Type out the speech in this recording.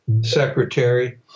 secretary